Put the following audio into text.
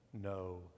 no